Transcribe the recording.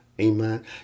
Amen